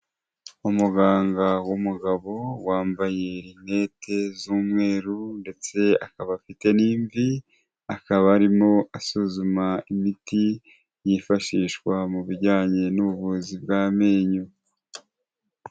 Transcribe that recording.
Umuganga w'umugabo wambaye rinete z'umweru ndetse akaba afite n'imvi, akaba arimo asuzuma imiti yifashishwa mu bijyanye n'ubuvuzi bw'amenyo.